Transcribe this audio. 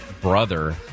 brother